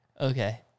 okay